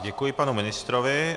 Děkuji panu ministrovi.